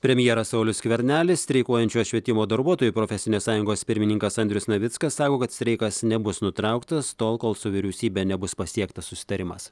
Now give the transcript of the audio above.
premjeras saulius skvernelis streikuojančios švietimo darbuotojų profesinės sąjungos pirmininkas andrius navickas sako kad streikas nebus nutrauktas tol kol su vyriausybe nebus pasiektas susitarimas